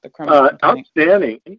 Outstanding